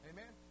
Amen